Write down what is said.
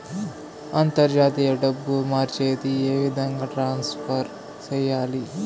అంతర్జాతీయ డబ్బు మార్చేది? ఏ విధంగా ట్రాన్స్ఫర్ సేయాలి?